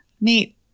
Meet